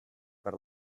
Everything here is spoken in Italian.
per